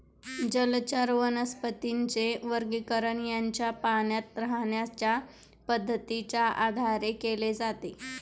जलचर वनस्पतींचे वर्गीकरण त्यांच्या पाण्यात राहण्याच्या पद्धतीच्या आधारे केले जाते